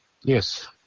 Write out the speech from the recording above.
Yes